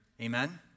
Amen